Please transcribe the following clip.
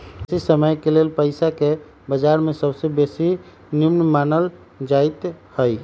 बेशी समयके लेल पइसाके बजार में सबसे बेशी निम्मन मानल जाइत हइ